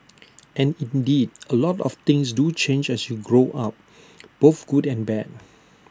and indeed A lot of things do change as you grow up both good and bad